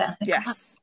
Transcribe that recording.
Yes